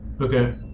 Okay